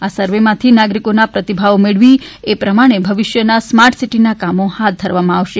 આ સર્વેમાંથી નાગરિકોના પ્રતિભાવો મેળવી એ પ્રમાણે ભવિષ્યના સ્માર્ટ સિટીના કામો હાથ ધરવામાં આવશે